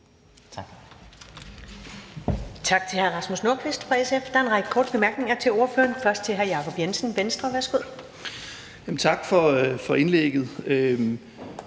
Tak.